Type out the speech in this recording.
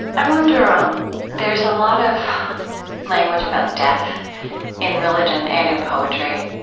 i wonder um there's a lot of language about death in religion and in poetry.